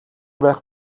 байх